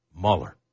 Mueller